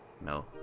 No